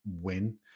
win